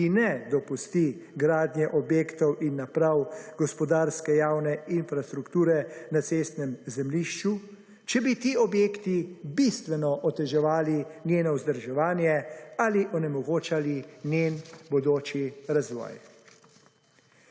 ki ne dopusti gradnje objektov in naprav gospodarske javne infrastrukture na cestnem zemljišču, če bi ti objekti bistveno oteževali njeno vzdrževanje ali onemogočali njen bodoči razvoj.